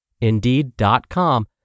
Indeed.com